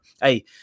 hey